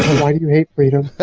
why do you hate freedom?